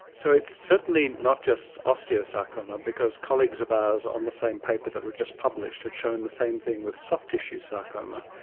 so it's certainly not just osteosarcoma, because colleagues of ours on the same paper that we've just published had shown the same thing with soft tissue sarcoma,